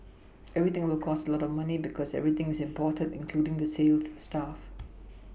everything will cost a lot of money because everything is imported including the sales staff